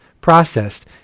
processed